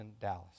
Dallas